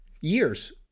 years